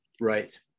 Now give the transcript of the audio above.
Right